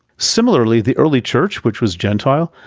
similarly, the early church, which was gentile,